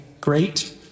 great